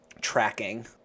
tracking